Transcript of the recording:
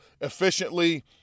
efficiently